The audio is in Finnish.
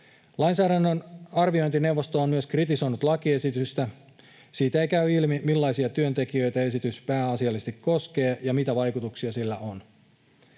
Lainsäädännön arviointineuvosto on myös kritisoinut lakiesitystä. Siitä ei käy ilmi, millaisia työntekijöitä esitys pääasiallisesti koskee, ja mitä vaikutuksia sillä on.